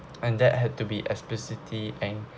and that had to be eh specific and